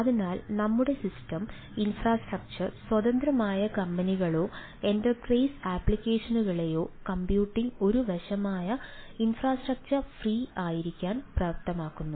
അതിനാൽ നമ്മുടെ system infrastructure സ്വതന്ത്രമായ കമ്പനികളെയോ എന്റർപ്രൈസ് ആപ്ലിക്കേഷനുകളെയോ കമ്പ്യൂട്ടിംഗ് ഒരു വശമായ ഇൻഫ്രാസ്ട്രക്ചർ ഫ്രീ ആയിരിക്കാൻ പ്രാപ്തമാക്കുന്നു